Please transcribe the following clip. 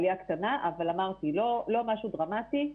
עלייה קטנה, אבל אמרתי, לא משהו דרמטי,